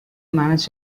managed